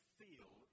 feel